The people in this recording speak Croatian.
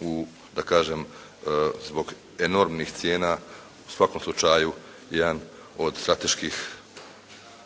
u da kažem zbog enormnih cijena u svakom slučaju jedan od strateških